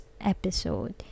episode